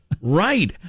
Right